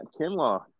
Kinlaw